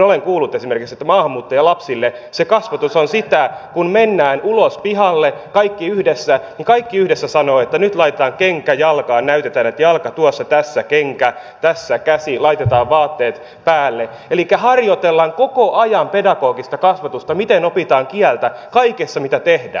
olen kuullut että esimerkiksi maahanmuuttajalapsille se kasvatus on sitä että kun mennään ulos pihalle kaikki yhdessä niin kaikki yhdessä sanovat että nyt laitetaan kenkä jalkaan näytetään että jalka tuossa tässä kenkä tässä käsi laitetaan vaatteet päälle elikkä harjoitetaan koko ajan pedagogista kasvatusta harjoitellaan kieltä kaikessa mitä tehdään